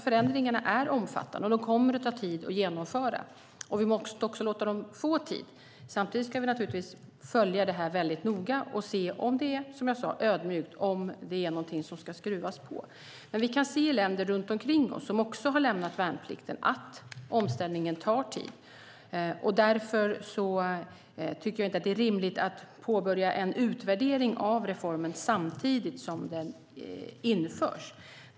Förändringarna är omfattande, och de kommer att ta tid att genomföra. Vi måste också låta dem få tid. Samtidigt ska vi följa detta väldigt noga och ödmjukt och se om det är något som ska skruvas på. Vi kan se i länder runt omkring oss som också har lämnat värnplikten att omställningen tar tid. Vi tycker därför inte att det är rimligt att påbörja en utvärdering av reformen samtidigt som den införs.